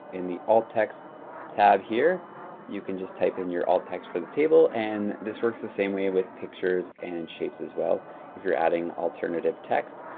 and the alt text tab here you can just type in your alt text for the table, and this works the same way with pictures and shapes as well if you're adding alternative text.